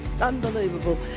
unbelievable